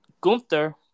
Gunther